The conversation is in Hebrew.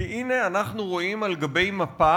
כי הנה, אנחנו רואים על גבי מפה